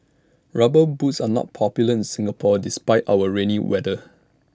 rubber boots are not popular in Singapore despite our rainy weather